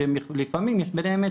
שלפעמים יש ביניהם מתח,